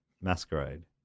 Masquerade